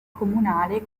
comunale